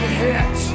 hit